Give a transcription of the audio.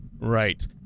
Right